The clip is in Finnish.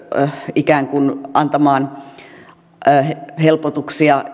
ikään kuin lisää helpotuksia